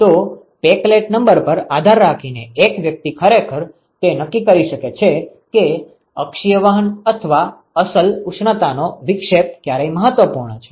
તો Peclet number પર આધાર રાખીને એક વ્યક્તિ ખરેખર તે નક્કી કરી શકે છે કે અક્ષીય વહન અથવા અસલ ઉષ્ણતાનો વિક્ષેપ ક્યારે મહત્વપૂર્ણ છે